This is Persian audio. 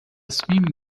صمیم